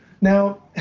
Now